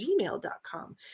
gmail.com